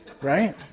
right